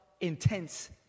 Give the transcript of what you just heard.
intense